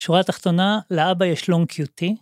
שורה התחתונה, לאבא יש לום קיוטי.